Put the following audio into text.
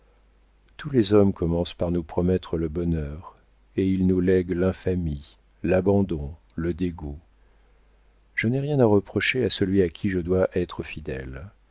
tous les hommes commencent par nous promettre le bonheur et ils nous lèguent l'infamie l'abandon le dégoût je n'ai rien à reprocher à celui à qui je dois être fidèle